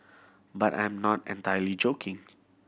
but I'm not entirely joking